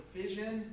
vision